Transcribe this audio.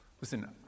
Listen